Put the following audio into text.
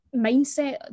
mindset